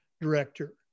Director